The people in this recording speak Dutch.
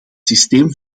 systeem